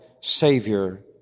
Savior